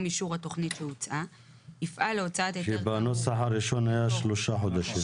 אישור התכנית שהוצעה --- בנוסח הקודם היה שלושה חודשים.